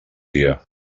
dia